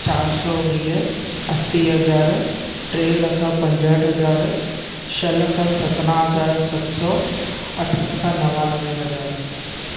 चारि सौ वीह असी हज़ार टे लझि पंजहठि हज़ार छह लखि सतना हज़ार सत सौ अठ लखि नवानवे हज़ार